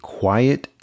quiet